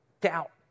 doubt